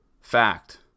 fact